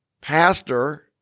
pastor